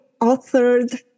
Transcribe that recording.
authored